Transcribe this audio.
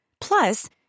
plus